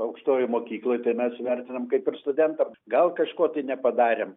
aukštojoj mokykloj tai mes vertinam kaip ir studentams gal kažko tai nepadarėm